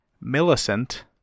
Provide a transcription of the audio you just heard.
Millicent